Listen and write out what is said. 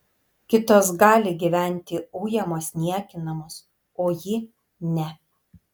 kitos gali gyventi ujamos niekinamos o ji ne